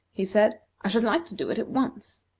he said i should like to do it at once.